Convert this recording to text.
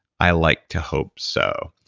i like to hope so.